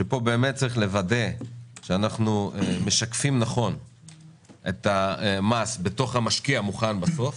שפה באמת צריך לוודא שאנחנו משקפים נכון את המס בתוך המשקה המוכן בסוף.